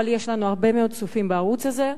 אבל יש לנו הרבה מאוד צופים בערוץ הזה,